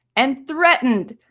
and threatened?